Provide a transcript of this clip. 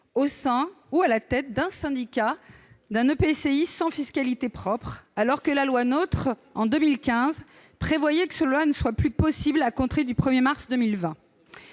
au sein ou à la tête d'un syndicat d'un EPCI sans fiscalité propre, alors que la loi NOTRe de 2015 prévoyait que cela ne soit plus possible à compter du 1 mars 2020.